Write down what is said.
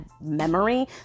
memory